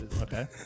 Okay